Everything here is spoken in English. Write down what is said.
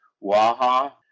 Waha